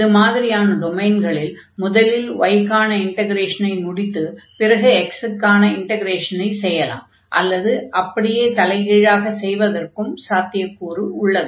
இது மாதிரியான டொமைன்களில் முதலில் y க்கான இன்டக்ரேஷனை முடித்து பிறகு x க்கான இன்டக்ரேஷனை செய்யலாம் அல்லது அப்படியே தலைகீழாக செய்வதற்கான சாத்தியக் கூறும் உள்ளது